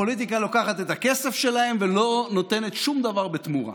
הפוליטיקה לוקחת את הכסף שלהם ולא נותנת שום דבר בתמורה.